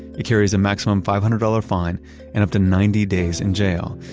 it carries a maximum five hundred dollars fine and up to ninety days in jail.